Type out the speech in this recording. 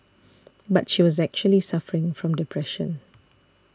but she was actually suffering from depression